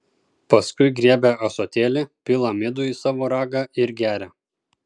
paskui griebia ąsotėlį pila midų į savo ragą ir geria